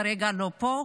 שכרגע לא פה.